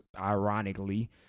ironically